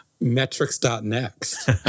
metrics.next